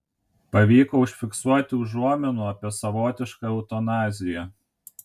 pavyko užfiksuoti užuominų apie savotišką eutanaziją